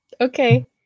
Okay